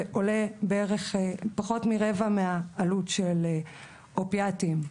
ועולה פחות מרבע מהעלות של אופיאטים.